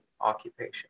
occupation